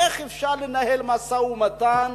איך אפשר לנהל משא-ומתן